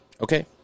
Okay